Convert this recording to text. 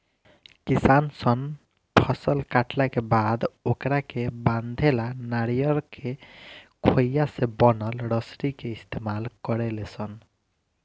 किसान सन फसल काटला के बाद ओकरा के बांधे ला नरियर के खोइया से बनल रसरी के इस्तमाल करेले सन